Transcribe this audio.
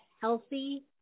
healthy